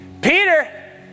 Peter